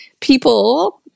people